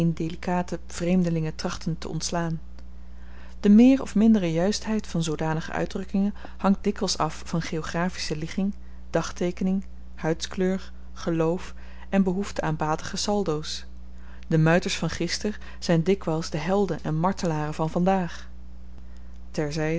indelikate vreemdelingen trachtten te ontslaan de meer of mindere juistheid van zoodanige uitdrukkingen hangt dikwyls af van geografische ligging dagteekening huidskleur geloof en behoefte aan batige saldo's de muiters van gister zyn dikwyls de helden en martelaren van vandaag